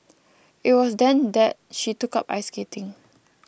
it was then that she took up ice skating